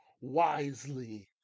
wisely